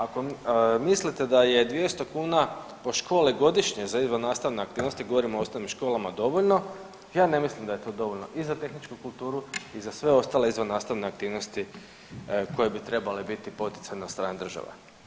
Ako mislite da je 200 kuna po školi godišnje za izvan nastavne aktivnosti govorim o osnovnim školama dovoljno, ja ne mislim da je to dovoljno i za tehničku kulturu i za sve ostale izvan nastavne aktivnosti koje bi trebale biti poticane od strane države.